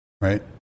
Right